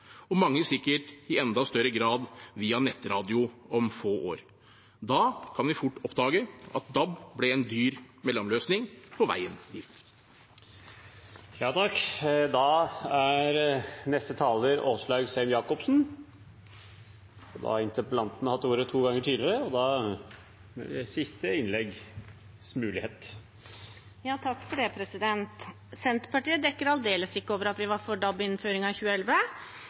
og mange sikkert i enda større grad via nettradio om få år. Da kan vi fort oppdage at DAB ble en dyr mellomløsning på veien. Senterpartiet dekker aldeles ikke over at vi var for DAB-innføringen i 2011. Derimot dekker representanten Wold over at han og